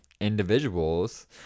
individuals